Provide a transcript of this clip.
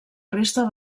resta